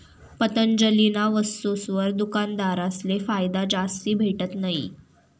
पतंजलीना वस्तुसवर दुकानदारसले फायदा जास्ती भेटत नयी